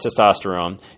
testosterone